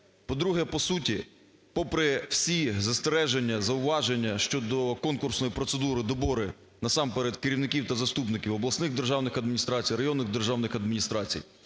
По-друге, по суті, попри всі застереження зауваження щодо конкурсної процедури добору насамперед керівників та заступників обласних державних адміністрацій, районних державних адміністрацій